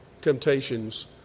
temptations